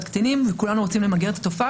קטינים וכולנו רוצים למגר את התופעה.